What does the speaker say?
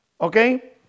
Okay